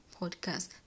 podcast